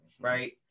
Right